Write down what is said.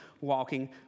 walking